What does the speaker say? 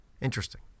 interesting